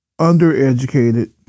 undereducated